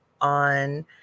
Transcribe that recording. on